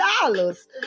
dollars